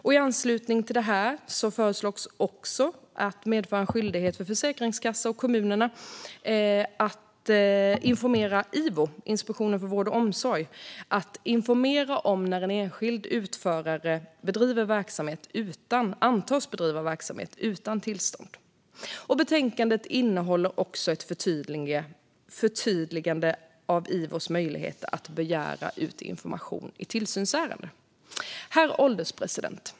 I anslutning till detta föreslås att medföra en skyldighet för Försäkringskassan och kommunerna att informera Ivo, Inspektionen för vård och omsorg, när en enskild utförare antas bedriva verksamhet utan tillstånd. Betänkandet innehåller också ett förtydligande av Ivos möjligheter att begära ut information i tillsynsärenden. Herr ålderspresident!